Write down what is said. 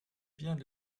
biens